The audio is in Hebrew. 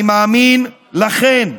אני מאמין לכם.